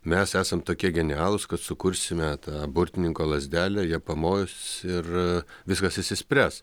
mes esam tokie genialūs kad sukursime tą burtininko lazdelę ja pamojus ir viskas išsispręs